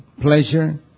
pleasure